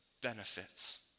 benefits